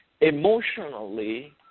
emotionally